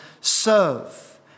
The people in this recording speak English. serve